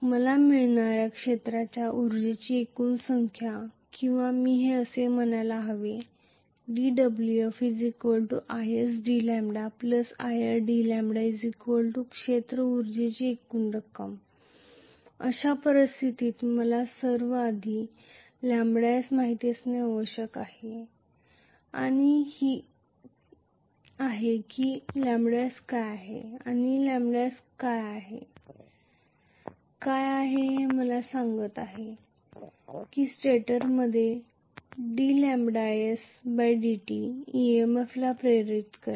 मला मिळणाऱ्या क्षेत्राच्या उर्जेची एकूण संख्या किंवा मी हे असे म्हणायला हवे 𝑑Wf 𝑖s𝑑𝜆 𝑖r𝑑𝜆 क्षेत्र उर्जेची एकूण रक्कम अशा परिस्थितीत मला सर्वात आधी λs माहित असणे आवश्यक आहे की λs काय आहे आणि λs काय आहे आणि काय आहे हे मला सांगत आहे की स्टेटरमध्ये dλsdt EMF ला प्रेरित करेल